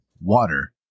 water